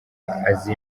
azi